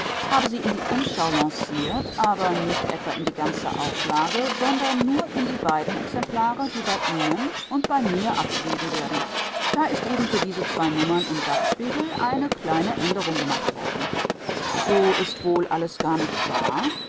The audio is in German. habe sie in die umschau lanciert aber nicht etwa in die ganze auflage sondern nur in die beiden exemplare die bei ihnen und bei mir abgegeben werden da ist eben für diese zwei nummern im satzspiegel eine kleine änderung gemacht worden so ist wohl alles gar nicht wahr